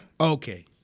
Okay